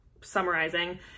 summarizing